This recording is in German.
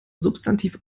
substantiv